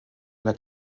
oder